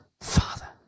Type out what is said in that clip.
father